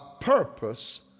purpose